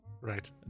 Right